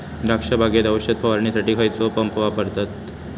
द्राक्ष बागेत औषध फवारणीसाठी खैयचो पंप वापरतत?